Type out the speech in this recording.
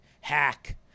hack